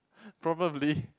probably